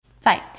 fine